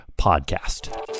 podcast